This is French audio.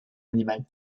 animal